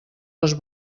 les